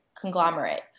conglomerate